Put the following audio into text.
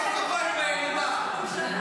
אה, נכון, לא לכולם, איזו הפתעה.